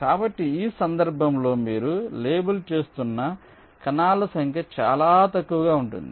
కాబట్టి ఈ సందర్భంలో మీరు లేబుల్ చేస్తున్న కణాల సంఖ్య చాలా తక్కువగా ఉంటుంది